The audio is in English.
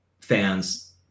fans